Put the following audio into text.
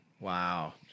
Wow